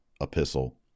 epistle